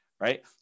Right